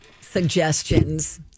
suggestions